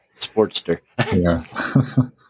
Sportster